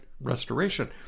restoration